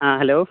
ᱦᱮᱸ ᱦᱮᱞᱳ